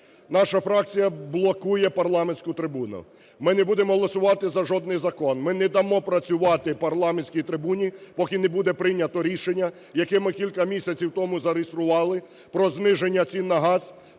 Наша фракція блокує парламентську трибуну. Ми не будемо голосувати за жодний закон, ми не дамо працювати парламентській трибуні, поки не буде прийнято рішення, яке ми кілька місяців тому зареєстрували: про зниження цін на газ,